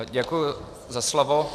Děkuji za slovo.